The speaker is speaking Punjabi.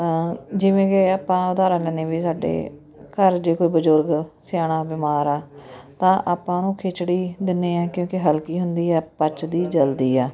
ਜਿਵੇਂ ਕਿ ਆਪਾਂ ਉਦਾਹਰਨ ਲੈਂਦੇ ਵੀ ਸਾਡੇ ਘਰ ਜੇ ਕੋਈ ਬਜ਼ੁਰਗ ਸਿਆਣਾ ਬਿਮਾਰ ਆ ਤਾਂ ਆਪਾਂ ਉਹਨੂੰ ਖਿਚੜੀ ਦਿੰਦੇ ਹਾਂ ਕਿਉਂਕਿ ਹਲਕੀ ਹੁੰਦੀ ਆ ਪਚਦੀ ਜਲਦੀ ਆ